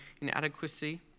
inadequacy